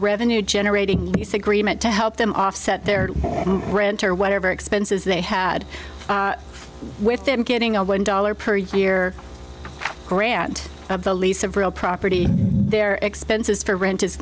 revenue generating lease agreement to help them offset their rent or whatever expenses they had with them getting a one dollar per year grant of the lease of real property their expenses for rent is